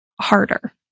harder